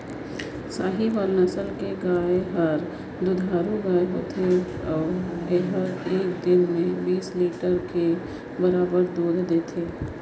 साहीवाल नसल कर गाय हर दुधारू गाय होथे अउ एहर एक दिन में बीस लीटर ले बगरा दूद देथे